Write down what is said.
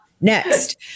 next